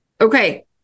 Okay